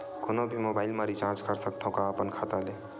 कोनो भी मोबाइल मा रिचार्ज कर सकथव का अपन खाता ले?